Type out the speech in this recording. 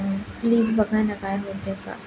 please बघा ना काय होतं आहे का